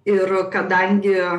ir kadangi